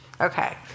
Okay